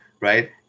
right